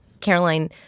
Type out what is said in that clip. Caroline